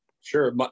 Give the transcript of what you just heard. Sure